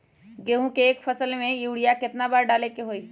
गेंहू के एक फसल में यूरिया केतना बार डाले के होई?